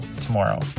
tomorrow